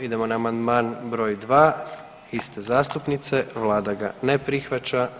Idemo na amandman br. 2 iste zastupnice, Vlada ga ne prihvaća.